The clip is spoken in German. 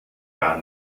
gar